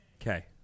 Okay